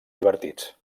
divertits